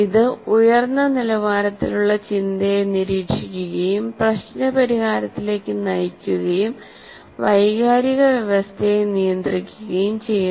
ഇത് ഉയർന്ന നിലവാരത്തിലുള്ള ചിന്തയെ നിരീക്ഷിക്കുകയും പ്രശ്ന പരിഹാരത്തിലേക്ക് നയിക്കുകയും വൈകാരിക വ്യവസ്ഥയെ നിയന്ത്രിക്കുകയും ചെയ്യുന്നു